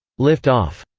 lift off!